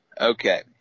Okay